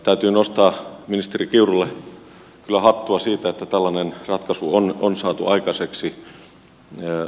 täytyy nostaa ministeri kiurulle kyllä hattua siitä että tällainen ratkaisu on saatu aikaiseksi